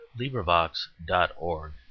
LibriVox.org